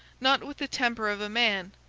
not with the temper of a man,